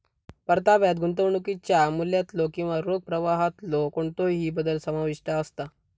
परताव्यात गुंतवणुकीच्या मूल्यातलो किंवा रोख प्रवाहातलो कोणतोही बदल समाविष्ट असता